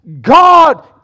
God